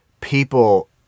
people